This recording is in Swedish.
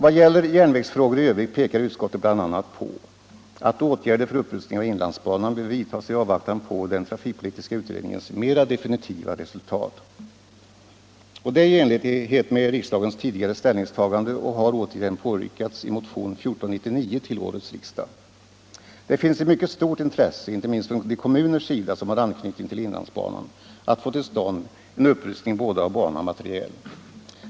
Vad gäller järnvägsfrågor i övrigt pekar utskottet bl.a. på att åtgärder för upprustning av inlandsbanan behöver vidtas i avvaktan på den trafikpolitiska utredningens mera definitiva resultat. Detta är i enlighet med riksdagens tidigare ställningstagande och har återigen påyrkats i motionen 1499 till årets riksdag. Det finns ett mycket stort intresse — inte minst hos de kommuner som har anknytning till inlandsbanan — att få till stånd en upprustning av både bana och materiel.